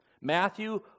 Matthew